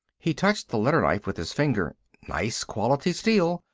he touched the letter-knife with his finger. nice quality steel.